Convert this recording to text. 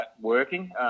working